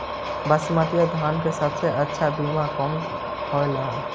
बसमतिया धान के सबसे अच्छा बीया कौन हौब हैं?